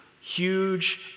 huge